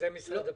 משרד הפנים.